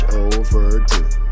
overdue